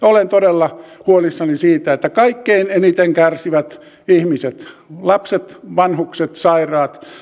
olen todella huolissani siitä että kaikkein eniten kärsivät ihmiset lapset vanhukset sairaat